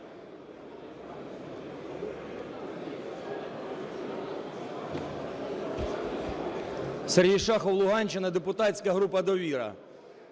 Сергій Шахов, Луганщина, депутатська група "Довіра".